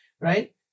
right